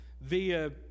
via